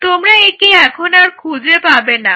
তোমরা একে এখন আর খুঁজে পাবে না